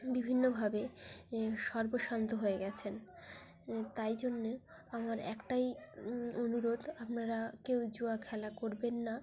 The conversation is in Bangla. বিভিন্নভাবে সর্বস্বান্ত হয়ে গিয়েছেন তাই জন্যে আমার একটাই অনুরোধ আপনারা কেউ জুয়া খেলা করবেন না